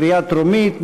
קריאה טרומית.